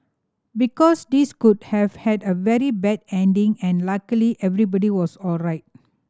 because this could have had a very bad ending and luckily everybody was alright